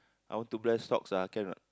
I want to bless stocks ah can or not